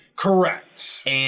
Correct